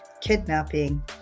Kidnapping